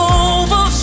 over